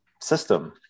system